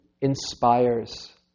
inspires